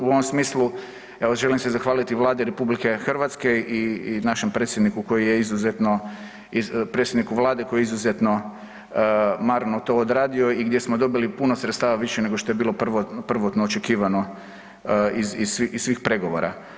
U ovom smislu evo želim se zahvaliti Vladi RH i našem predsjedniku koji je izuzetno, predsjedniku vlade koji je izuzetno marno to odradio i gdje smo dobili puno sredstava više nego što je bilo prvotno očekivano iz svih pregovora.